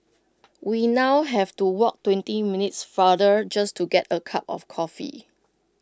we now have to walk twenty minutes farther just to get A cup of coffee